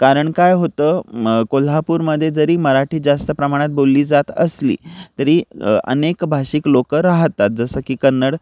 कारण काय होतं मग कोल्हापूरमध्ये जरी मराठी जास्त प्रमाणात बोलली जात असली तरी अनेक भाषिक लोक राहतात जसं की कन्नड